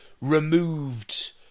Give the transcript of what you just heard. removed